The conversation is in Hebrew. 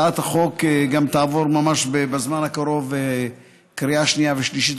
הצעת החוק גם תעבור ממש בזמן הקרוב קריאה שנייה ושלישית,